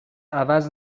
عوض